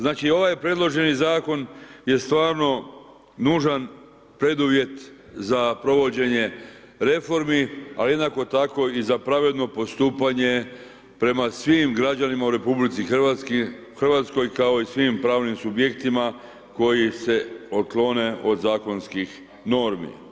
Znači, ovaj predloženi zakon je stvarno nužan preduvjet za provođenje reformi, ali jednako tako i za pravedno postupanje prema svim građanima u Republici Hrvatskoj kao i svim pravnim subjektima koji se otklone od zakonskih normi.